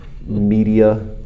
media